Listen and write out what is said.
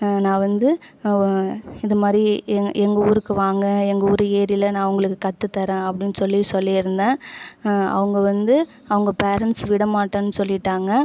நான் வந்து இதுமாதிரி எங்கள் ஊருக்கு வாங்க எங்கள் ஊர் ஏரியில நான் உங்களுக்கு கற்று தரேன் அப்படின் சொல்லி சொல்லியிருந்தன் அவங்க வந்து அவங்க பேரன்ட்ஸ் விட மாட்டேன் சொல்லிவிட்டாங்க